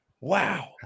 Wow